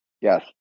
Yes